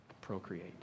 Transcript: procreate